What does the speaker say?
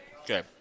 Okay